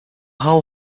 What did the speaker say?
hull